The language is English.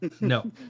No